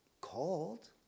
called